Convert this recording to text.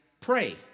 pray